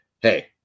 hey